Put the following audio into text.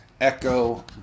echo